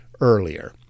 earlier